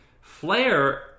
Flair